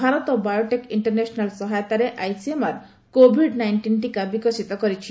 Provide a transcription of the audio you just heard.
Bharat biotech international ସହାୟତାରେ ICMR Covid nineteen ଟୀକା ବିକଶିତ କରିଛି